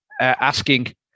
asking